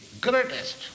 greatest